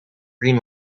green